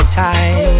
time